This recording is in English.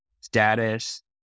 status